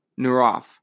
Nuroff